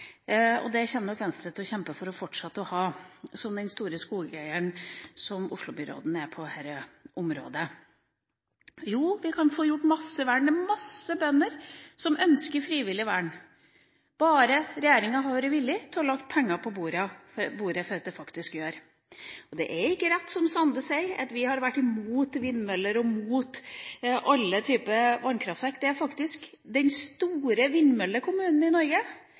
og det kommer nok Venstre til å kjempe for å fortsette å ha, som den store skogeieren som Oslo-byråden er på dette området. Jo, vi kan få gjort masse vern, det er masse bønder som ønsker frivillig vern, bare regjeringa hadde vært villig til å legge penger på bordet for at det faktisk skal bli gjort. Det er ikke rett, som Sande sier, at vi har vært mot vindmøller og mot alle typer vannkraftverk. Den store vindmøllekommunen i Norge, den som gikk helt i